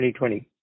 2020